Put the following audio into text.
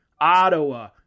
Ottawa